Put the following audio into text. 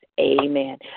Amen